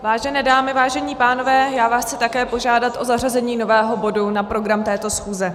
Vážené dámy, vážení pánové, já vás chci také požádat o zařazení nového bodu na program této schůze.